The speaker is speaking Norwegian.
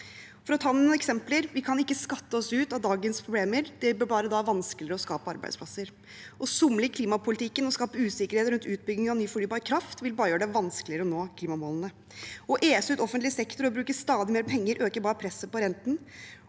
For å ta noen eksempler: Vi kan ikke skatte oss ut av dagens problemer, da blir det bare vanskeligere å skape arbeidsplasser. Å somle i klimapolitikken og skape usikkerhet rundt utbyggingen av ny fornybar kraft vil bare gjøre det vanskeligere å nå klimamålene. Å ese ut offentlig sektor og bruke stadig mer penger øker bare presset på renten,